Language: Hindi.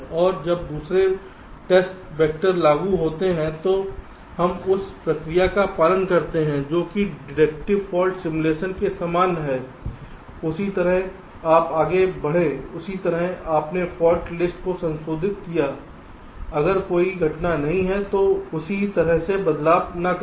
और जब दूसरे वैक्टर लागू होते हैं तो हम उस प्रक्रिया का पालन करते हैं जो कि डिडक्टिव फॉल्ट सिमुलेशन के समान है उसी तरह आप आगे बढ़ें उसी तरह आपने फाल्ट लिस्ट को संशोधित किया अगर कोई घटना नहीं है तो उसी तरह से बदलाव न करें